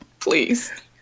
Please